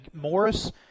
Morris